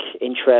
interest